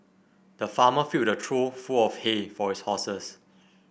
the farmer filled a trough full of hay for his horses